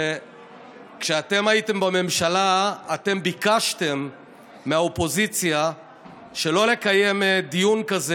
כשאתם הייתם בממשלה אתם ביקשתם מהאופוזיציה שלא לקיים דיון כזה,